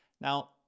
Now